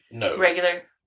regular